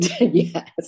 yes